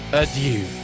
adieu